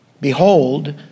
Behold